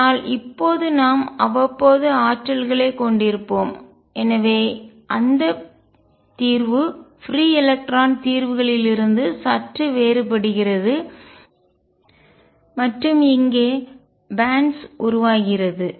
ஆனால் இப்போது நாம் அவ்வப்போது ஆற்றல்களைக் கொண்டிருப்போம் எனவே அந்த தீர்வு பிரீ எலக்ட்ரான் தீர்வு களிலிருந்து சற்று வேறுபடுகிறது மற்றும் இங்கே பண்ட்ஸ் பட்டைகள் உருவாகிறது